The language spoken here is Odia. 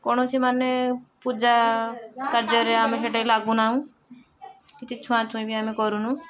କୌଣସି ମାନେ ପୂଜା କାର୍ଯ୍ୟରେ ଆମେ ହେଟେଇ ଲାଗୁନାହୁଁ କିଛି ଛୁଆଁ ଛୁଇଁ ବି ଆମେ କରୁନୁ